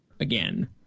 again